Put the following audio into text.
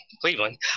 Cleveland